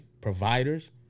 Providers